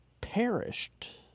perished